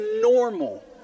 normal